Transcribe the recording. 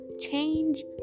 Change